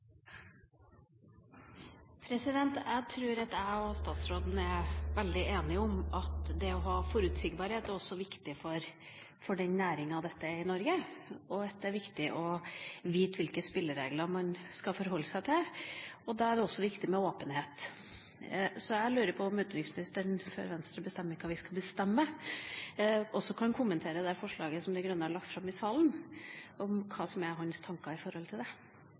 det å ha forutsigbarhet er også viktig for den næringa dette er i Norge, og at det er viktig å vite hvilke spilleregler man skal forholde seg til. Da er det også viktig med åpenhet. Jeg lurer på om utenriksministeren – før vi i Venstre bestemmer oss for hva vi skal bestemme – også kan kommentere det forslaget som Miljøpartiet De Grønne har lagt fram i salen. Hva er hans tanker om det? Jeg kjenner representanten Skei Grande som en meget klok partileder, og jeg er helt sikker på at representanten er i stand til